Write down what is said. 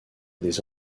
des